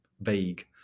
vague